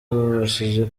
babashije